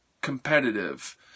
competitive